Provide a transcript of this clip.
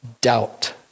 doubt